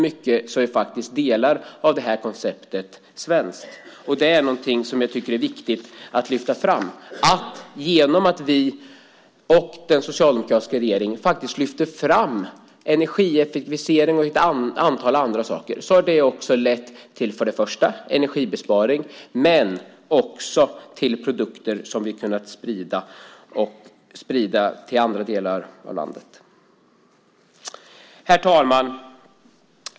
Men delar av detta koncept är svenskt. Och jag tycker att det är viktigt att lyfta fram att genom att den socialdemokratiska regeringen faktiskt lyfte fram frågan om energieffektivisering och ett antal andra saker så har det lett till energibesparing men också till produkter som vi har kunnat sprida till andra. Herr talman!